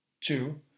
Two